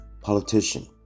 politician